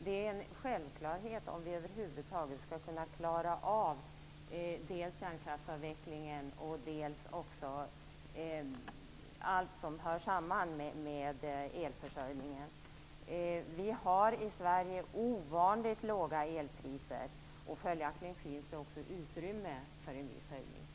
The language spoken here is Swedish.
Det är en självklarhet om vi över huvud taget skall kunna klara av dels kärnkraftsavvecklingen, dels allt annat som hör samman med elförsörjningen. Vi har i Sverige ovanligt låga elpriser, och följaktligen finns det också utrymme för en viss höjning.